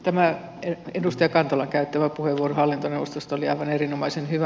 tämä edustaja kantolan käyttämä puheenvuoro hallintoneuvostosta oli aivan erinomaisen hyvä